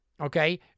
okay